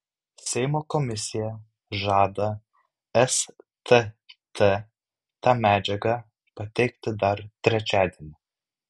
seimo komisija žada stt tą medžiagą pateikti dar trečiadienį